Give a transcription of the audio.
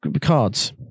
cards